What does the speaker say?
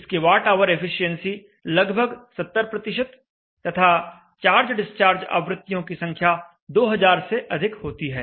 इसकी Wh efficiency लगभग 70 तथा चार्ज डिस्चार्ज आवृत्तियों की संख्या 2000 से अधिक होती है